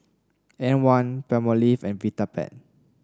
M one Palmolive and Vitapet